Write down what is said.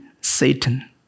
Satan